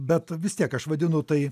bet vis tiek aš vadinu tai